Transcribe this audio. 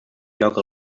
lloc